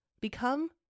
become